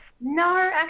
No